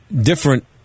different